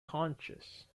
conscious